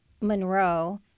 Monroe